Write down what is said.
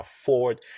afford